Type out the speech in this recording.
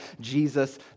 Jesus